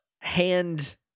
hand